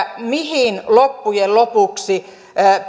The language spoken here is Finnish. mihin loppujen lopuksi